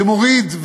שמוריד,